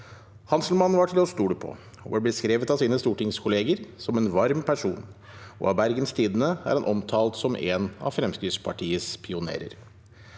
Hanselmann var til å stole på og ble beskrevet av sine stortingskolleger som en varm person, og av Bergens Tidende er han omtalt som en av Fremskrittspartiets pionerer.